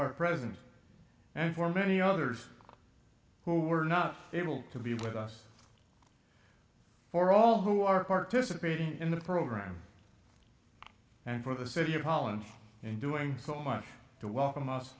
are present and for many others who were not able to be with us for all who are participating in the program and for the city of holland in doing so much to welcome us